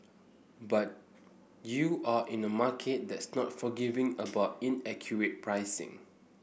but you're in the market that's not forgiving about inaccurate pricing